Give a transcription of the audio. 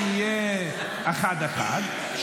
שנהיה אחד-אחד, ב.